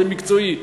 זה מקצועי.